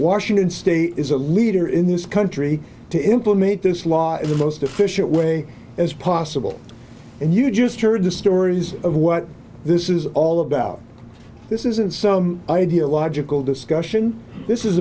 washington state is a leader in this country to implement this law in the most efficient way as possible and you just heard the stories of what this is all about this isn't some ideological discussion this is